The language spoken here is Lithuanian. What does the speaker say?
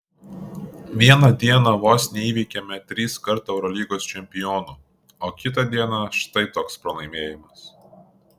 vieną dieną vos neįveikėme triskart eurolygos čempionų o kitą dieną štai toks pralaimėjimas